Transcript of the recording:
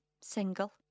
single